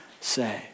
say